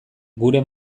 gure